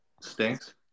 stinks